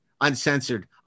uncensored